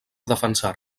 defensar